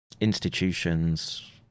institutions